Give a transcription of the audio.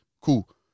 Cool